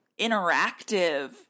interactive